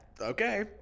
Okay